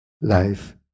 life